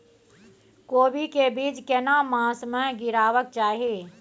कोबी के बीज केना मास में गीरावक चाही?